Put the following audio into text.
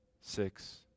Six